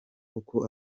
uko